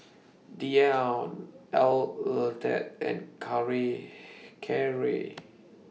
Dion Arleth and Kerrie